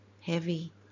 heavy